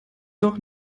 doch